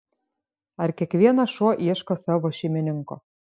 ar kiekvienas šuo ieško savo šeimininko